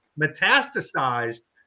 metastasized